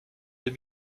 deux